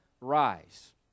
rise